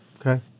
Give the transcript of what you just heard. Okay